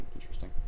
interesting